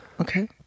Okay